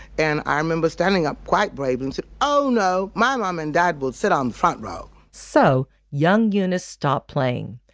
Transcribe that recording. and i remember standing up quite braden's. oh, no. my mom and dad would sit on front row so young eunice stopped playing.